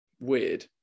weird